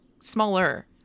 smaller